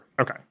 Okay